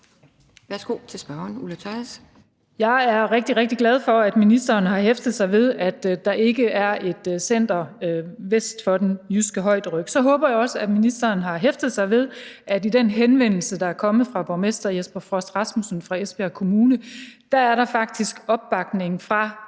17:47 Ulla Tørnæs (V): Jeg er rigtig, rigtig glad for, at ministeren har hæftet sig ved, at der ikke er et center vest for den jyske højderyg. Så håber jeg også, at ministeren har hæftet sig ved, at i den henvendelse, der er kommet fra borgmester Jesper Frost Rasmussen fra Esbjerg Kommune, er der faktisk opbakning fra